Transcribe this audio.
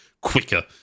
quicker